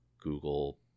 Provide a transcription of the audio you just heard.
Google